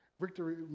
victory